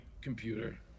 computer